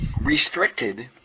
restricted